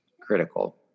critical